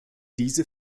diese